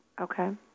Okay